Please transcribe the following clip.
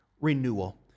renewal